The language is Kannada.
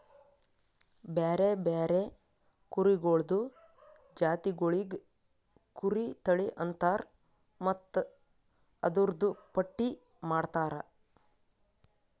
ಬ್ಯಾರೆ ಬ್ಯಾರೆ ಕುರಿಗೊಳ್ದು ಜಾತಿಗೊಳಿಗ್ ಕುರಿ ತಳಿ ಅಂತರ್ ಮತ್ತ್ ಅದೂರ್ದು ಪಟ್ಟಿ ಮಾಡ್ತಾರ